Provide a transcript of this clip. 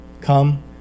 come